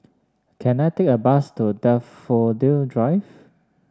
can I take a bus to Daffodil Drive